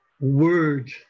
word